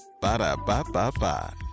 Ba-da-ba-ba-ba